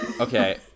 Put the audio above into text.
Okay